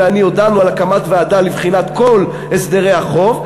ואני הודענו על הקמת ועדה לבחינת כל הסדרי החוב.